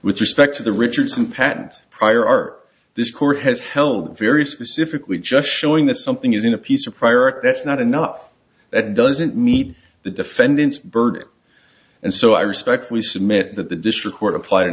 with respect to the richardson patent prior art this court has held very specifically just showing that something is in a piece of prior art that's not enough that doesn't meet the defendant's burden and so i respectfully submit that the district court applied an